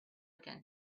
again